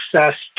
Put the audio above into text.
access